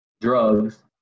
drugs